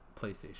PlayStation